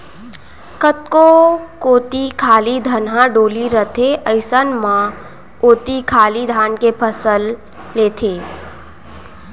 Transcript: कतको कोती खाली धनहा डोली रथे अइसन म ओती खाली धाने के फसल लेथें